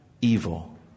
evil